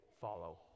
follow